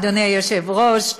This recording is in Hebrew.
אדוני היושב-ראש,